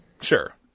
sure